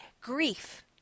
Grief